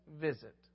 visit